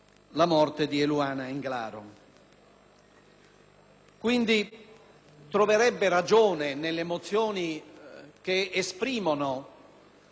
Troverebbe ragione, nelle mozioni che esprimono la grandissima parte di questa Assemblea,